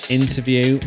interview